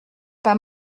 pas